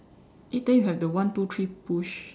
eh then you have the one two three push